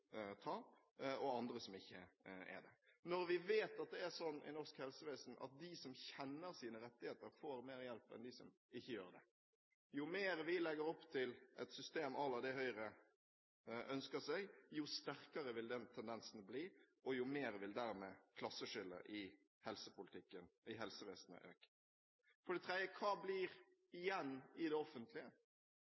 og andre som ikke er det, når vi vet det er slik i norsk helsevesen at de som kjenner sine rettigheter, får mer hjelp enn de som ikke gjør det? Jo mer vi legger opp til et system à la det Høyre ønsker seg, jo sterkere vil denne tendensen bli, og jo mer vil dermed klasseskillet i helsevesenet øke. For det tredje: Hva blir igjen i